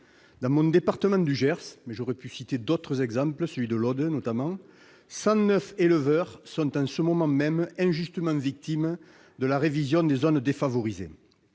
Dans mon département du Gers- j'aurais pu tout aussi bien citer d'autres exemples, l'Aude, notamment -, 109 éleveurs sont en ce moment même injustement victimes de la révision des zones défavorisées.